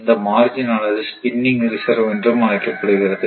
இந்த மார்ஜின் ஆனது spinning reserve என்றும் அழைக்கப்படுகிறது